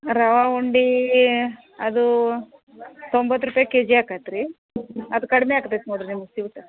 ರವೆ ಉಂಡೆ ಅದು ತೊಂಬತ್ತು ರೂಪಾಯಿ ಕೆ ಜಿ ಆಗತ್ ರೀ ಅದು ಕಡ್ಮೆ ಆಗ್ತೈತೆ ನೋಡಿರಿ ನಿಮ್ಗೆ ಸ್ವೀಟ